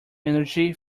energy